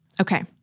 Okay